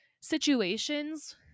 situations